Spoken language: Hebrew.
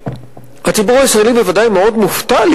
הציבור הישראלי בוודאי מאוד מופתע.